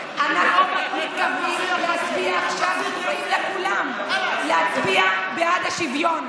וקוראים לכולם להצביע בעד השוויון.